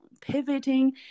pivoting